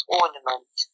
ornament